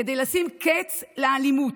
כדי לשים קץ לאלימות,